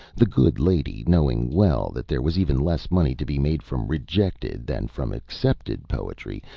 the good lady, knowing well that there was even less money to be made from rejected than from accepted poetry,